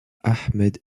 ahmed